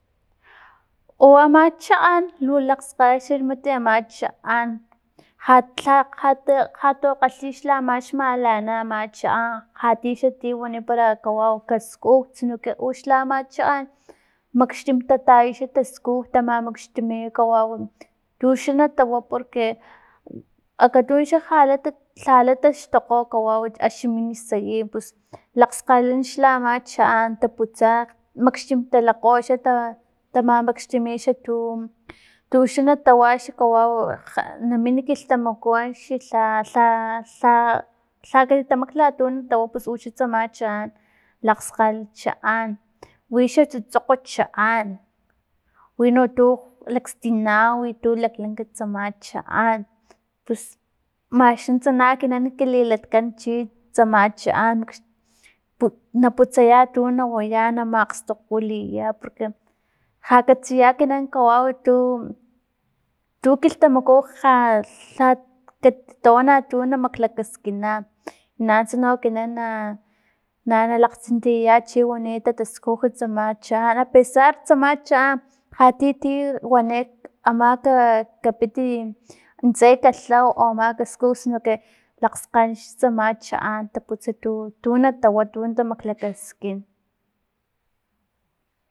U ama chaan lu lakgskgalala mat ama chaan lha lha lha to kgalhi ama xmalana ama chaan lhatixa ti wani kawau kaskujt sini que uxla ama chaan maxtin tataya xa taskuj tamamakxtimi kawau tu xa natawa porque akatun jala ja la tataxtokga kawau axni min sayin i pus lakgskgalalg xa ama chaan taan taputsa maxtin talakgo ta tamaxtimi tu- tu xa na tawa axi kawau ja namin kilhtamaku axni lha- lha- lha katitamaklha tu natawa pus uxa tsama chaan lakgskgalalh chaan wixa tsutsokg chaan wino tu lakstina witu laklank tsama chaan pus max nust na ekinan kililatkan chintsama chaan na putsaya tuna waya na mastokgwiliya porque ja katsiya ekina kawau tu- tu kilhtamaku ja jal katitoana tu na maklakaskina nanutsa no ekinan na- na lakgtsintiyaya chi wani ta taskuj tsama chaan chaan apesar tsama chaan lha ti ti wani ama ka- kapit nintse katlaw ama kaskuj sino que lakskgalalh xa tsama chaan taputsa tu- tu natawa tu tamaklakaskin.